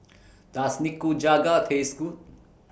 Does Nikujaga Taste Good